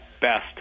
best